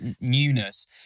newness